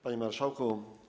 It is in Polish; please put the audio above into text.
Panie Marszałku!